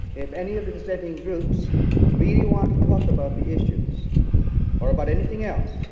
if any of the dissenting groups really want to talk about the issues or about anything else,